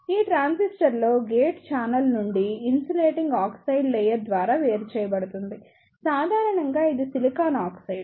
ఈ ట్రాన్సిస్టర్లో gate channel నుండి ఇన్సులేటింగ్ ఆక్సైడ్ లేయర్ ద్వారా వేరు చేయబడుతుంది సాధారణంగా ఇది సిలికాన్ ఆక్సైడ్